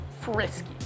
frisky